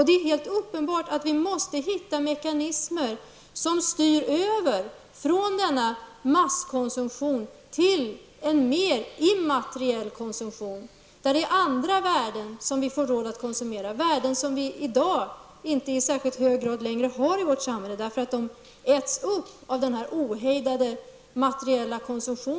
Det är helt uppenbart att vi måste hitta mekanismer, som styr över från denna masskonsumtion till en mer immateriell konsumtion, där det är andra värden som vi får råd att konsumera, värden som vi i dag inte i särskilt hög grad längre har i vårt samhälle, därför att de har ätits upp av den ohejdade materiella konsumtionen.